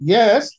Yes